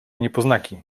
niepoznaki